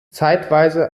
zeitweise